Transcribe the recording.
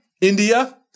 India